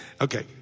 Okay